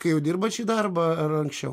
kai jau dirbot šį darbą ir anksčiau